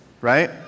right